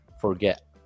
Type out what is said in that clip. forget